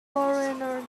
foreigner